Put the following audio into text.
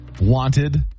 wanted